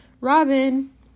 Robin